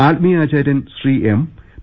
ആത്മീയാചാര്യൻ Shri M P